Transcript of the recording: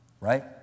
right